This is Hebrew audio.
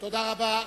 תודה רבה.